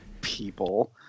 people